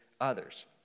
others